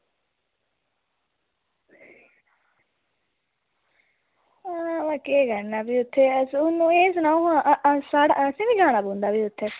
ते भी केह् करना भी एह् सनाओ हां भी असें बी जाना पौंदा उत्थें